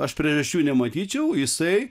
aš priežasčių nematyčiau jisai